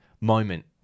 moment